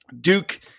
Duke